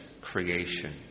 creation